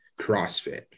CrossFit